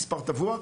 מספר טבוע,